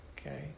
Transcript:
okay